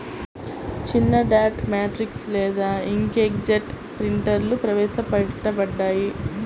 చిన్నడాట్ మ్యాట్రిక్స్ లేదా ఇంక్జెట్ ప్రింటర్లుప్రవేశపెట్టబడ్డాయి